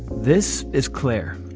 this is claire.